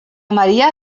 maria